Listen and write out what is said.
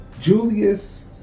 Julius